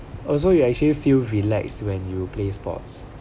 also you actually feel relax when you play sports